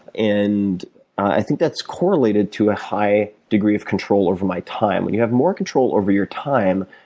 and i think that's correlated to a high degree of control over my time. when you have more control over your time,